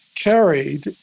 carried